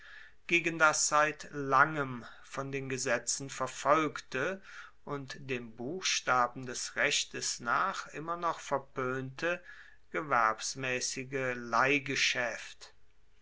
gegen das seit langem von den gesetzen verfolgte und dem buchstaben des rechtes nach immer noch verpoente gewerbsmaessige leihgeschaeft